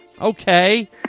Okay